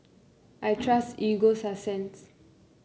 I trust Ego Sunsense